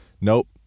Nope